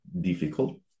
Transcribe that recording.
difficult